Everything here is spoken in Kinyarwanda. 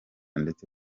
ndetse